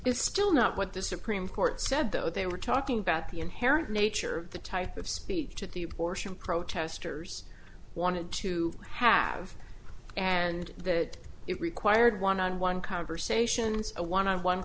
it's still not what the supreme court said though they were talking about the inherent nature the type of speech at the abortion protesters wanted to have and that it required one on one conversations a one on one